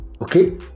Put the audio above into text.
Okay